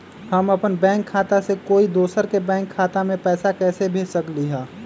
हम अपन बैंक खाता से कोई दोसर के बैंक खाता में पैसा कैसे भेज सकली ह?